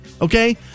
okay